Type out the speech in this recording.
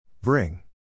Bring